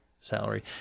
salary